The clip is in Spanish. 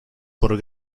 por